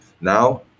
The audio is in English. Now